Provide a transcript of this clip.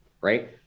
Right